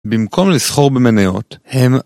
במקום לסחור במניות הם